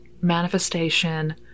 manifestation